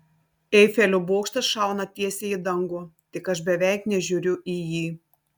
eifelio bokštas šauna tiesiai į dangų tik aš beveik nežiūriu į jį